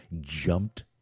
jumped